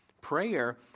Prayer